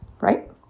right